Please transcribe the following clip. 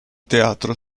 teatro